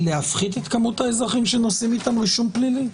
להפחית את כמות האזרחים שנושאים איתם רישום פלילי.